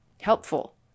helpful